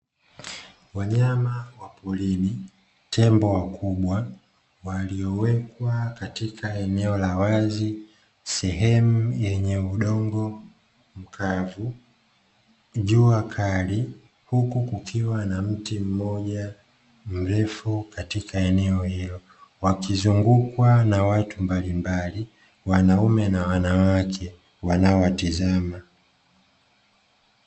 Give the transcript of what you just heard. Wanyama wa porini tembo wakubwa waliowekwa katika eneo la wazi, sehemu yenye udongo mkavu jua kali huku kukiwa na mti mmoja mreafu katika eneo hilo wakizunguukwa na watu mablimbali wanaume na wanawake wanao watizama.